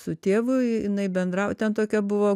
su tėvu jinai bendravo ten tokia buvo